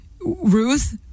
Ruth